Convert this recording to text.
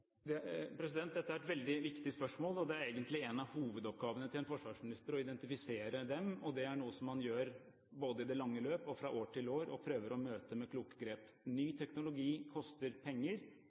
Dette er et veldig viktig spørsmål. Det er egentlig en av hovedoppgavene til en forsvarsminister å identifisere dem, og det er noe som man gjør både i det lange løp og fra år til år, og prøver å møte med kloke grep. Ny teknologi koster penger,